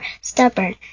stubborn